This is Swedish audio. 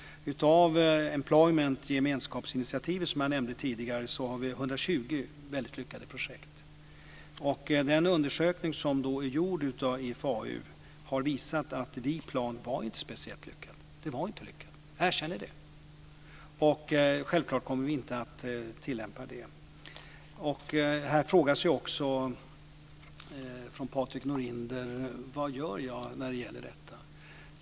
I en plan med ett gemenskapsinitiativ, som jag nämnde tidigare, har vi 120 väldigt lyckade projekt. Den undersökning som är gjord av IFAU har visat att Viplan inte var speciellt lyckat. Jag erkänner det. Självfallet kommer vi inte att tillämpa det. Här frågar Patrik Norinder också vad jag gör när det gäller detta.